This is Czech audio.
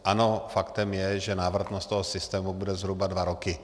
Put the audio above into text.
Ano, faktem je, že návratnost toho systému bude zhruba dva roky.